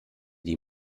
die